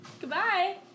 goodbye